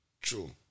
True